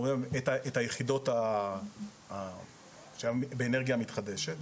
את היחידות באנרגיה המתחדשת,